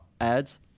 ads